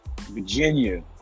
Virginia